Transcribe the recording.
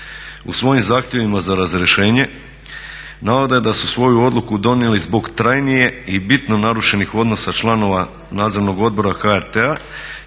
U svojim zahtjevima za razrješenje navode da su svoju odluku donijeli zbog trajnije i bitno narušenih odnosa članova Nadzornog odbora HRT-a